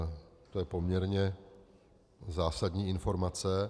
To je poměrně zásadní informace.